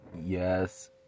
Yes